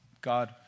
God